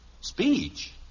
Speech